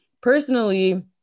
Personally